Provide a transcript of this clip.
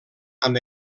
amb